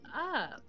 up